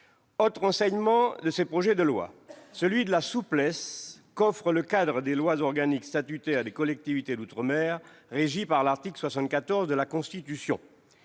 Autre enseignement de ces projets de loi, la souplesse qu'offre le cadre des lois organiques statutaires des collectivités d'outre-mer régies par l'article 74 de la Constitution.